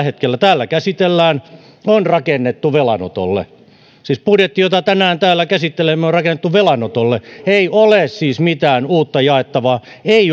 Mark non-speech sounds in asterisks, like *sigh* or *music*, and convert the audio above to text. *unintelligible* hetkellä täällä käsitellään on rakennettu velanotolle siis budjetti jota tänään täällä käsittelemme on rakennettu velanotolle ei ole siis mitään uutta jaettavaa eikä